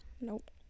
Nope